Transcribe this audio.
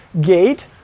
gate